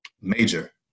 major